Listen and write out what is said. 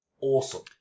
Awesome